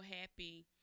happy